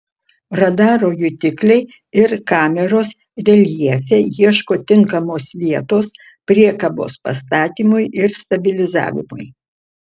radaro jutikliai ir kameros reljefe ieško tinkamos vietos priekabos pastatymui ir stabilizavimui